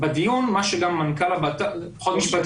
זה פחות משפטי,